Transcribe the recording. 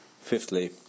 fifthly